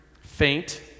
faint